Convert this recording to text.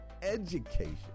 education